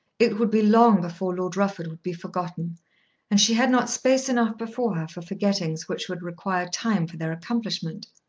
it would be long before lord rufford would be forgotten and she had not space enough before her for forgettings which would require time for their accomplishment.